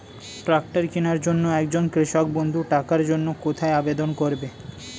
Tractor কিনার জন্য একজন কৃষক বন্ধু টাকার জন্য কোথায় আবেদন করবে?